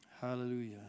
Hallelujah